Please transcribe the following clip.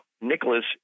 Nicholas